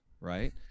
right